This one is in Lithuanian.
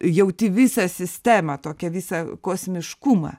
jauti visą sistemą tokią visą kosmiškumą